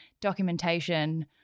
documentation